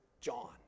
John